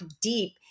deep